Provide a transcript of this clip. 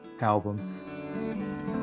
album